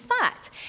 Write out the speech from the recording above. fact